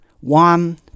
one